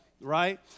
right